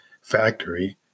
Factory